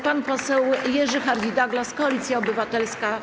Pan poseł Jerzy Hardie-Douglas, Koalicja Obywatelska.